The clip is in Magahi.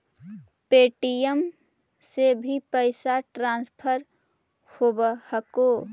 पे.टी.एम से भी पैसा ट्रांसफर होवहकै?